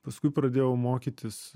paskui pradėjau mokytis